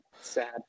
sad